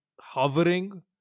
hovering